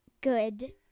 Good